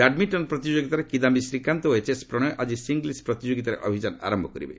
badminton ପ୍ରତିଯୋଗିତାରେ କିଦାୟୀ ଶ୍ରୀକାନ୍ତ ଓ HS Prannoy ଆଜି ସିଙ୍ଗଲସ୍ ପ୍ରତିଯୋଗିତାରେ ଅଭିଯାନ ଆରମ୍ଭ କରିବେ